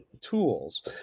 tools